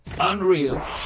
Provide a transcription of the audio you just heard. Unreal